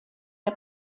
der